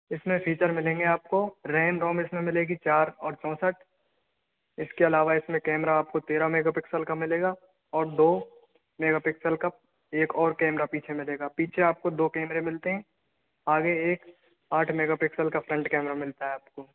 इसमे फीचर मिलेंगे आपको रेम रोम इसमे मिलेगी चार और चौसठ इसके अलावा इसमें कैमरा आपको तेरह मेगा पिक्सेल का मिलेगा और दो मेगा पिक्सेल का एक और कैमरा पीछे मिलेगा पीछे आपको दो कैमरे मिलते है आगे एक आठ मेगा पिक्सेल का फ्रन्ट कैमरा मिलता है आपको